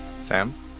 Sam